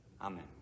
Amen